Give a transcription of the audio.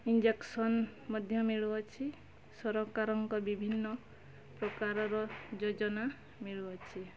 injection ମଧ୍ୟ ମିଳୁଅଛି ସରକାରଙ୍କ ବିଭିନ୍ନ ପ୍ରକାରର ଯୋଜନା ମିଳୁଅଛି